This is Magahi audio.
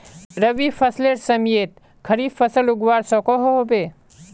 रवि फसलेर समयेत खरीफ फसल उगवार सकोहो होबे?